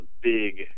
big